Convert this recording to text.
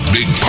Big